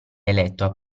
eletto